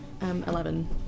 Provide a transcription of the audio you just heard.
eleven